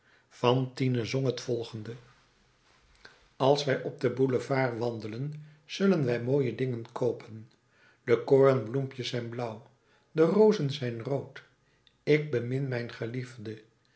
als wij op den boulevard wandelen zullen wij mooie dingen koopen de koornbloempjes zijn blauw de rozen zijn rood ik bemin mijn geliefde